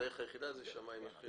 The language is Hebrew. הדרך היחידה הוא שמאי מכריע.